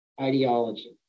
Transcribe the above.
ideology